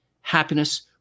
happiness